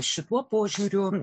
šituo požiūriu